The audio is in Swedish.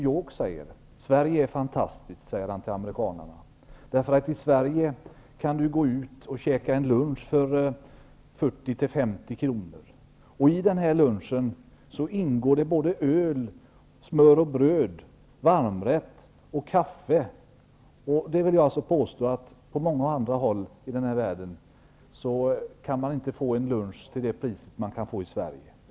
Han säger till amerikanarna att Sverige är fantastiskt, därför att man där kan gå ut och äta lunch för 40--50 kr. I denna lunch ingår, förutom varmrätt, öl, smör och bröd och kaffe. Jag vill påstå att man på många andra håll i denna värld inte kan få en lunch till detta pris.